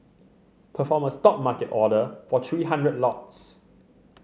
perform a Stop market order for three hundred lots